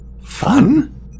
Fun